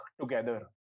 together